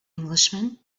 englishman